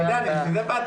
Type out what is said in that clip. אני יודע, בשביל זה באתי.